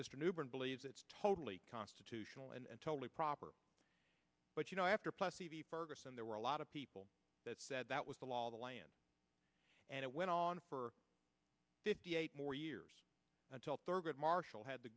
mr newbern believes it's totally constitutional and totally proper but you know after plessy v ferguson there were a lot of people that said that was the law of the land and it went on for fifty eight more years until thurgood marshall had the